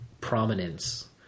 prominence